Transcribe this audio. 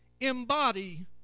embody